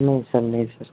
नहीं सर नहीं सर